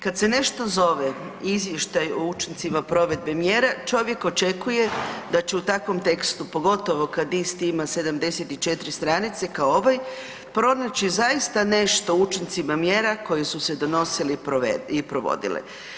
Kad se nešto zove izvještaj o učincima provedbe mjera, čovjek očekuje da će u takvom tekstu pogotovo kad isti ima 74 str. kao ovaj, pronaći zaista nešto o učincima mjera koje su se donosile i provodile.